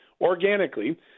organically